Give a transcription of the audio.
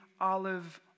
olive